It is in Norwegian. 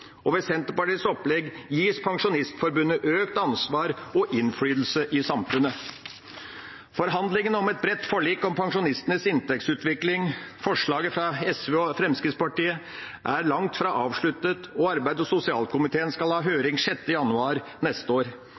Senterpartiets opplegg gis Pensjonistforbundet økt ansvar og innflytelse i samfunnet. Forhandlingene om et bredt forlik om pensjonistenes inntektsutvikling, forslaget fra Sosialistisk Venstreparti og Fremskrittspartiet, er langt fra avsluttet, og arbeids- og sosialkomiteen skal ha høring 6. januar neste år.